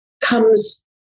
comes